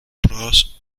prost